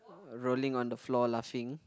rolling on the floor laughing